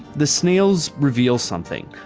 the snails reveal something,